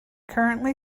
currently